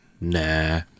nah